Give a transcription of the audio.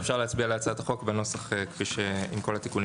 אפשר להצביע על הצעת החוק בנוסח עם כל התיקונים.